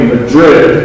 Madrid